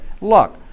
look